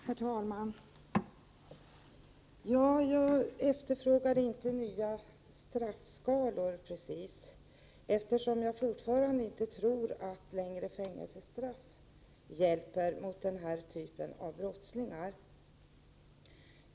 Herr talman! Jag efterfrågade inte precis nya straffskalor. Jag är nämligen fortfarande av den uppfattningen att längre fängelsestraff inte hjälper när det gäller den här typen av brottslingar.